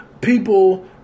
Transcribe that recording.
people